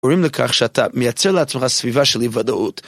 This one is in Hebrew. גורם לכך שאתה מייצר לעצמך סביבה של אי ודאות.